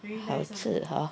好吃 hor